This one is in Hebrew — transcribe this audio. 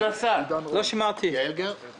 האדם לא צריך לבוא ליחידת הקנאביס הרפואי